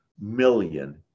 million